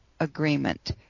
agreement